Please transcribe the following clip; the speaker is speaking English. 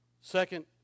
Second